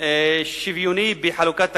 שוויון בחלוקת תקציבים,